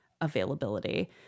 availability